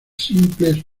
simples